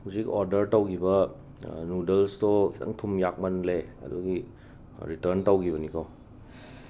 ꯍꯧꯖꯤꯛ ꯑꯣꯔꯗꯔ ꯇꯧꯈꯤꯕ ꯅꯨꯗꯜꯁꯇꯣ ꯈꯤꯇꯪ ꯊꯨꯝ ꯌꯥꯛꯃꯜꯂꯦ ꯑꯗꯨꯒꯤ ꯔꯤꯇꯔꯟ ꯇꯧꯈꯤꯕꯅꯤꯀꯣ